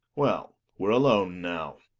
well, we're alone now.